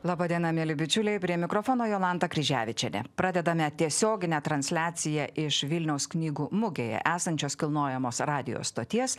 laba diena mieli bičiuliai prie mikrofono jolanta kryževičienė pradedame tiesioginę transliaciją iš vilniaus knygų mugėje esančios kilnojamos radijo stoties